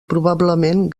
probablement